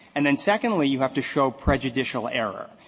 and then secondly, you have to show prejudicial error.